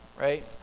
right